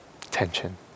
tension